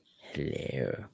hello